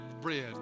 bread